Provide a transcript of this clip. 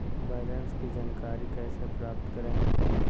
Balance की जानकारी कैसे प्राप्त करे?